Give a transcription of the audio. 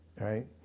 right